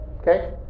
Okay